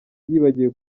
yibagiwe